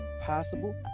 possible